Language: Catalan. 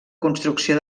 construcció